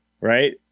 right